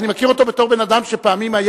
אני מכיר אותו בתור בן-אדם שפעמים היה